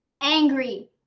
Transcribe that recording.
Angry